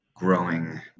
growing